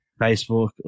Facebook